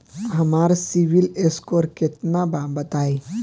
हमार CIBIL score केतना बा बताईं?